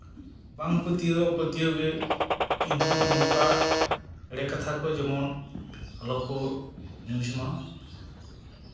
ᱵᱟᱝ ᱯᱟᱹᱛᱭᱟᱹᱣ ᱦᱚᱸ ᱯᱟᱹᱛᱭᱟᱹᱣ ᱜᱮ ᱠᱤᱱᱛᱩ ᱱᱚᱝᱠᱟ ᱮᱲᱮ ᱠᱟᱛᱷᱟ ᱠᱚ ᱡᱮᱢᱚᱱ ᱟᱞᱚ ᱠᱚ ᱱᱤᱭᱩᱡᱽ ᱢᱟ